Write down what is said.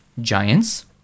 giants